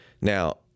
Now